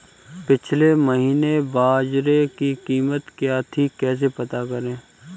पिछले महीने बाजरे की कीमत क्या थी कैसे पता करें?